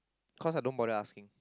cause I don't bother asking